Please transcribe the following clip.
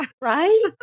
right